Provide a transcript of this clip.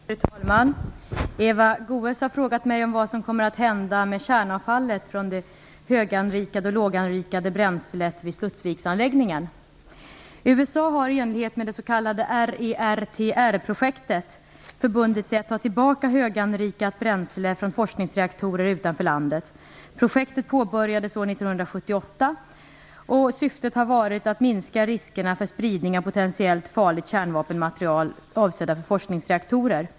Fru talman! Eva Goës har frågat mig om vad som kommer att hända med kärnavfallet från det höganrikade och låganrikade bränslet vid Studsviksanläggningen. USA har i enlighet med det s.k. RERTR-projektet förbundit sig att ta tillbaka höganrikat bränsle från forskningsreaktorer utanför landet. Projektet påbörjades år 1978. Syftet har varit att minska riskerna för spridning av potentiellt farligt kärnvapenmaterial avsedda för forskningsreaktorer.